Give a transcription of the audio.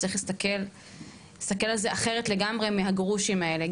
וצריך להסתכל על זה לגמרי אחרת מהגרושים האלה.